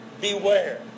beware